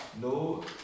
No